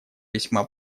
весьма